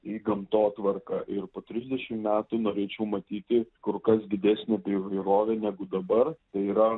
į gamtotvarką ir po trisdešim metų norėčiau matyti kur kas didesnę bioįvairovę negu dabar tai yra